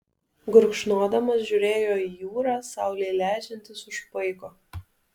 gurkšnodamas žiūrėjo į jūrą saulei leidžiantis už paiko